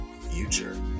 Future